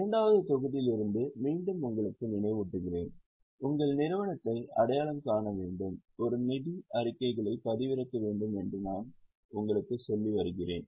இரண்டாவது தொகுதியிலிருந்து மீண்டும் உங்களுக்கு நினைவூட்டுகிறேன் உங்கள் நிறுவனத்தை அடையாளம் காண வேண்டும் ஒரு நிதி அறிக்கைகளைப் பதிவிறக்க வேண்டும் என்று நான் உங்களுக்குச் சொல்லி வருகிறேன்